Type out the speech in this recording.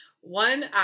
One